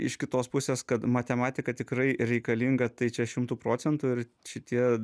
iš kitos pusės kad matematika tikrai reikalinga tai čia šimtu procentų ir šitie